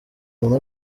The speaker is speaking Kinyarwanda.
umuntu